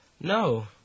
No